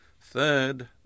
third